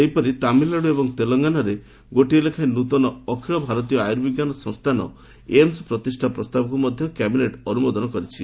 ସେହିପରି ତାମିଲନାଡ଼ୁ ଏବଂ ତେଲଙ୍ଗାନାରେ ଗୋଟିଏ ଲେଖାଏଁ ନୂତନ ଅଖିଳ ଭାରତୀୟ ଆୟୁର୍ବିଜ୍ଞାନ ସଂସ୍ଥାନ ଏମ୍ସ ପ୍ରତିଷ୍ଠା ପ୍ରସ୍ତାବକୁ ମଧ୍ୟ କ୍ୟାବିନେଟ୍ ଅନୁମୋଦନ କରିଛି